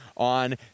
on